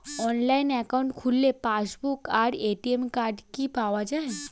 Online account খুললে passbook আর ATM card কি পাওয়া যায়?